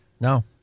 No